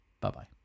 Bye-bye